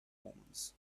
omens